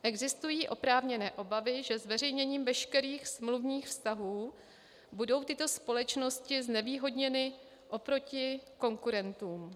Existují oprávněné obavy, že zveřejněním veškerých smluvních vztahů budou tyto společnosti znevýhodněny oproti konkurentům.